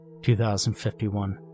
2051